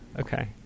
Okay